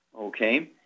okay